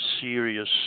serious